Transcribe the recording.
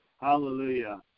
Hallelujah